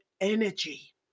energy